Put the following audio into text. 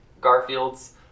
Garfields